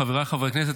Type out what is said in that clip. חבריי חברי הכנסת,